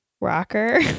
rocker